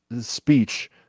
speech